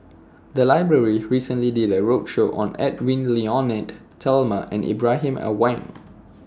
The Library recently did A roadshow on Edwy Lyonet Talma and Ibrahim Awang